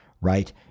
right